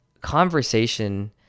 conversation